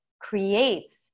creates